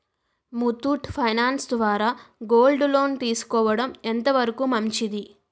Muthoot finance ద్వారా gold loan తీసుకోవడం ఎంత వరకు మంచిది?